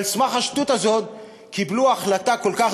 על סמך השטות הזאת קיבלו החלטה כל כך